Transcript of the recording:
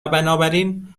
بنابراین